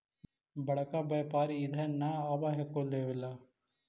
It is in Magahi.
बड़का व्यापारि इधर नय आब हको लेबे ला?